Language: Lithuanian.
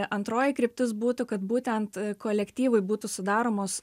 antroji kryptis būtų kad būtent kolektyvui būtų sudaromos